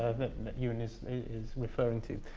that ewen is is referring to.